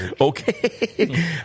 Okay